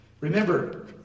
Remember